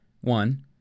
One